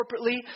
corporately